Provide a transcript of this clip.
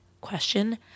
question